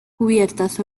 cubiertas